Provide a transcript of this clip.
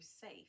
safe